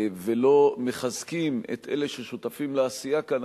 ולא מחזקים את אלה ששותפים לעשייה כאן,